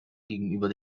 gegenüber